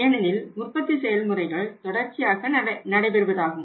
ஏனெனில் உற்பத்தி செயல்முறைகள் தொடர்ச்சியாக நடைபெறுவதாகும்